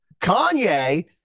Kanye